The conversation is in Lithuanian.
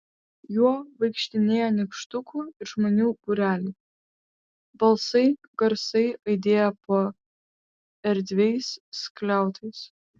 juo vaikštinėjo nykštukų ir žmonių būreliai balsai garsiai aidėjo po erdviais skliautais